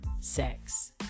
sex